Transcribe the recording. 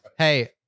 Hey